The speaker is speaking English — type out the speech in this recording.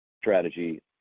strategy